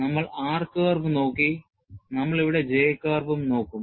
നമ്മൾ R curve നോക്കി നമ്മൾ ഇവിടെ J curve വും നോക്കും